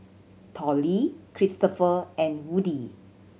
Tollie Christoper and Woody